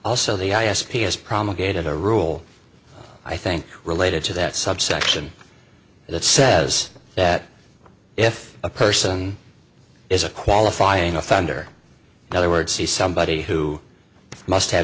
also the i s p has promulgated a rule i think related to that subsection that says that if a person is a qualifying offender the other words see somebody who must have